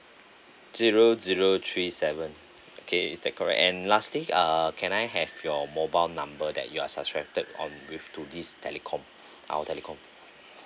zero zero three seven okay is that correct and lastly uh can I have your mobile number that you are suscribed on with to this telecom our telecom